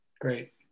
Great